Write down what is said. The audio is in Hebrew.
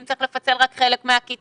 אם צריך לפצל רק חלק מהכיתות,